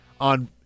on